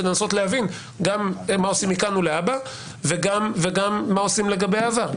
כדי לנסות להבין גם מה עושים מכאן ולהבא וגם מה עושים לגבי העבר.